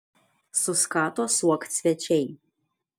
suskato suokt svečiai